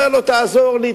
אומר: תעזור לי,